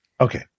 Okay